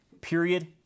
period